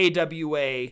AWA